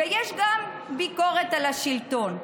ויש גם ביקורת על השלטון.